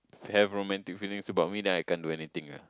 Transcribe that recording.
have romantic feelings about me then I can't do anything ah